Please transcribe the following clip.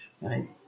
right